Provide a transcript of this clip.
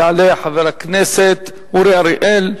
יעלה חבר הכנסת אורי אריאל,